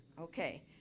Okay